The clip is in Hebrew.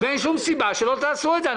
ואין שום סיבה שלא תעשו את זה.